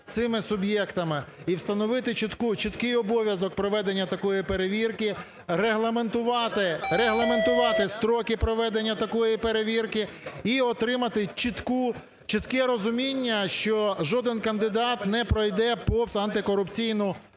цими суб'єктами, і встановити чіткий обов'язок проведення такої перевірки, регламентувати строки проведення такої перевірки і отримати чітке розуміння, що жоден кандидат не пройде повз антикорупційну